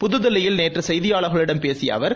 புதுதில்லியில் நேற்றுகெய்தியாளர்களிடம் பேசியஅவர்